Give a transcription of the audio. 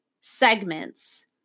segments